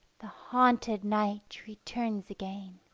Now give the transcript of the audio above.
the haunted night returns again.